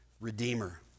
redeemer